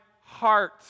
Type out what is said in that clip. heart